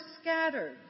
scattered